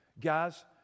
Guys